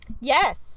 Yes